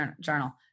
Journal